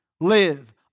live